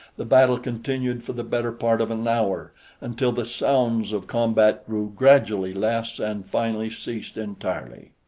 the battle continued for the better part of an hour until the sounds of combat grew gradually less and finally ceased entirely.